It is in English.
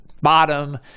bottom